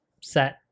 set